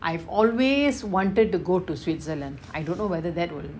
I've always wanted to go to switzerland I don't know whether that would